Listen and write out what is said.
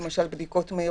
למשל על ידי בדיקות מהירות,